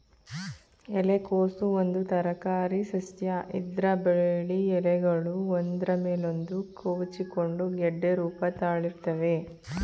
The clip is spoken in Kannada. ಎಲೆಕೋಸು ಒಂದು ತರಕಾರಿಸಸ್ಯ ಇದ್ರ ಬಿಳಿ ಎಲೆಗಳು ಒಂದ್ರ ಮೇಲೊಂದು ಕವುಚಿಕೊಂಡು ಗೆಡ್ಡೆ ರೂಪ ತಾಳಿರ್ತವೆ